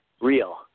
real